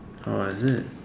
orh is it